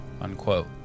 unquote